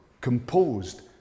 composed